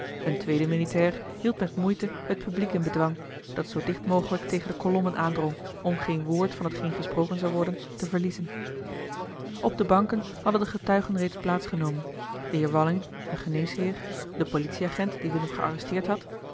een tweede militair hield met moeite het publiek in bedwang dat zoo dicht mogelijk tegen de kolommen aandrong om geen woord van hetgeen gesproken zou worden te verliezen op de banken hadden de getuigen reeds plaats genomen de heer walling een geneesheer de politieagent die willem gearresteerd had